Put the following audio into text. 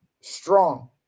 strong